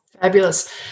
Fabulous